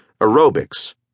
aerobics